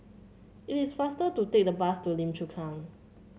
it is faster to take the bus to Lim Chu Kang